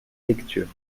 lecture